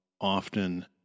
often